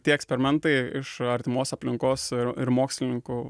tie eksperimentai iš artimos aplinkos ir ir mokslininkų